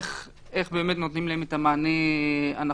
איך באמת נותנים להן את המענה הנכון.